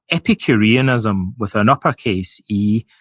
epicureanism, with an uppercase e,